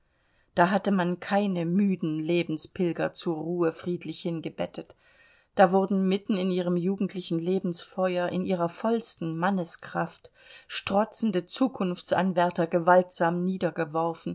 da hatte man keine müden lebenspilger zur ruhe friedlich hingebettet da wurden mitten in ihrem jugendlichen lebensfeuer in ihrer vollsten manneskraft strotzende zukunftsanwärter gewaltsam